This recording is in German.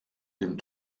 dem